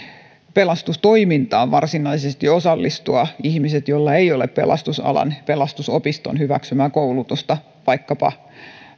pelastustoimintaan varsinaisesti osallistua ihmiset joilla ei ole pelastusopiston hyväksymää pelastusalan koulutusta vaikkapa